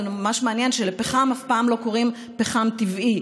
זה ממש מעניין שלפחם אף פעם לא קוראים פחם טבעי,